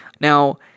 Now